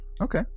okay